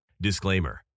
Disclaimer